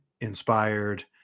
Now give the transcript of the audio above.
inspired